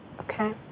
Okay